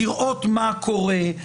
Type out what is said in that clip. לראות מה קורה,